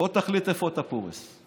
בוא תחליט איפה אתה פורס.